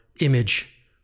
image